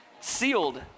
Sealed